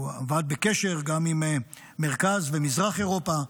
הוא עמד בקשר גם עם מרכז ומזרח אירופה,